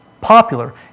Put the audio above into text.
popular